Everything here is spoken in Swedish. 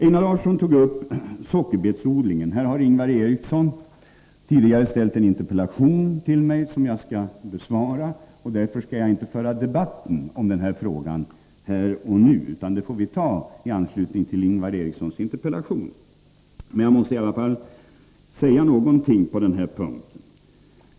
Einar Larsson tog upp frågan om sockerbetsodlingen. Därom har Ingvar Eriksson framställt en interpellation till mig, som jag skall besvara. Därför skall jag inte föra den debatten här och nu — vi får ta den i anslutning till besvarandet av Ingvar Erikssons interpellation. Jag vill emellertid säga någonting på den här punkten.